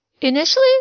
Initially